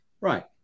Right